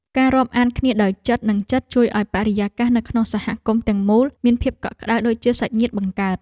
ការរាប់អានគ្នាដោយចិត្តនិងចិត្តជួយឱ្យបរិយាកាសនៅក្នុងសហគមន៍ទាំងមូលមានភាពកក់ក្តៅដូចជាសាច់ញាតិបង្កើត។